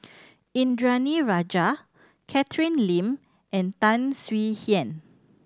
Indranee Rajah Catherine Lim and Tan Swie Hian